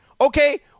Okay